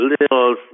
little